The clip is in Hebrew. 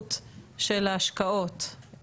שקיפות של ההשקעות,